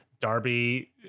Darby